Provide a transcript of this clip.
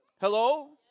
Hello